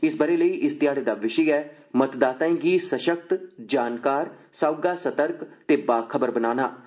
इस बरे लेइ इस ध्याड़े दा विशय ऐ मतदाताएं गी सशक्त जानकारी सौहगा सर्तक ते बाखबर बनाना